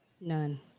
None